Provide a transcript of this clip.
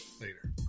later